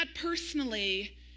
personally